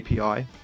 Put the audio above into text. API